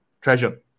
Treasure